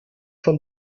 von